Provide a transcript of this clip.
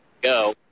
go